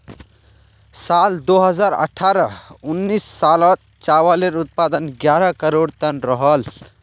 साल दो हज़ार अठारह उन्नीस सालोत चावालेर उत्पादन ग्यारह करोड़ तन रोहोल